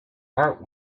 heart